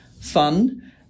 fun